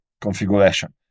configuration